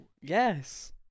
Yes